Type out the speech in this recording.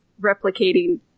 replicating